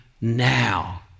now